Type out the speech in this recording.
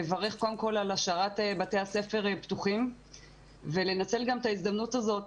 לברך קודם כול על השארת בתי הספר פתוחים ולנצל גם את ההזדמנות הזאת